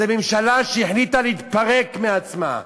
זו ממשלה שהחליטה להתפרק מעצמה.